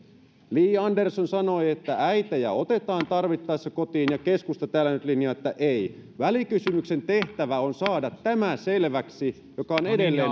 li andersson sanoi että äitejä otetaan tarvittaessa kotiin ja nyt keskusta linjaa täällä että ei välikysymyksen tehtävä on saada selväksi tämä mikä on edelleen